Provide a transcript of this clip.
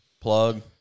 plug